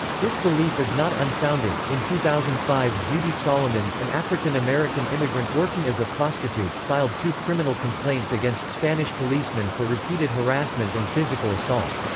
this belief is not unfounded in two thousand and five beauty solomon, an african american immigrant working as a prostitute, filed two criminal complaints against spanish policemen for repeated harassment and physical assault.